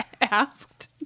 asked